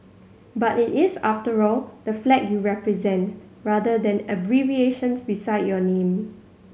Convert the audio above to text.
but it is after all the flag you represent rather than abbreviations beside your name